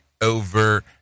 over